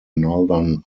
northern